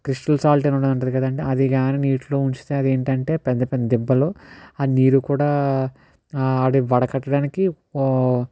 crystal salt అని ఉంటుంది కదా అండి అది కానీ నీటిలో ఉంచితే అది ఏంటంటే పెద్ద పెద్ద దిబ్బలు ఆ నీరు కూడా అడి వడకట్టడానికి